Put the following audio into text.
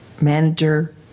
manager